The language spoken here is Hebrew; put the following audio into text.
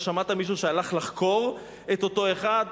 אתה שמעת מישהו שהלך לחקור את אותו אחד?